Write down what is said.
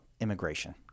Immigration